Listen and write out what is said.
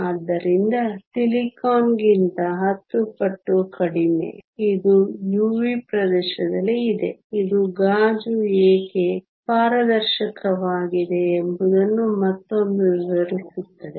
ಆದ್ದರಿಂದ ಸಿಲಿಕಾನ್ ಗಿಂತ ಹತ್ತು ಪಟ್ಟು ಕಡಿಮೆ ಇದು UV ಪ್ರದೇಶದಲ್ಲಿ ಇದೆ ಇದು ಗಾಜು ಏಕೆ ಪಾರದರ್ಶಕವಾಗಿದೆ ಎಂಬುದನ್ನು ಮತ್ತೊಮ್ಮೆ ವಿವರಿಸುತ್ತದೆ